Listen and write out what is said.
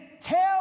tell